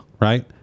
Right